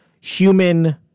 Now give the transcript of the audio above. human